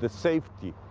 the safety